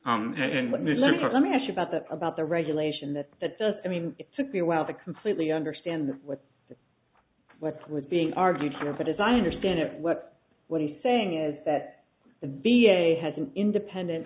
me let me ask you about that about the regulation that that doesn't mean it took me a while to completely understand what the what was being argued here but as i understand it what what he's saying is that the baby a has an independent